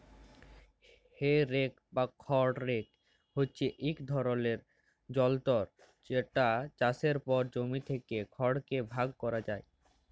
হে rake বা খড় rake হছে ইক ধরলের যলতর যেট চাষের পর জমিতে থ্যাকা খড়কে ভাগ ক্যরা হ্যয়